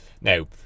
Now